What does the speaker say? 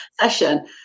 session